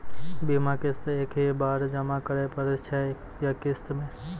बीमा किस्त एक ही बार जमा करें पड़ै छै या किस्त मे?